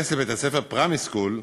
בהתייחס לבית-הספר "פרומיס סקול",